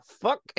fuck